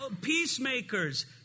peacemakers